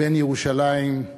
בן ירושלים,